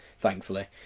thankfully